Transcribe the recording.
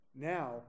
Now